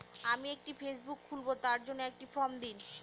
আমি একটি ফেসবুক খুলব তার জন্য একটি ফ্রম দিন?